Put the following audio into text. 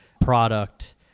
product